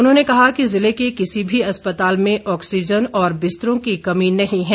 उन्होंने कहा कि ज़िले के किसी भी अस्पताल में ऑक्सीजन और बिस्तरों की कमी नहीं है